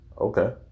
Okay